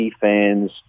fans